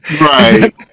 Right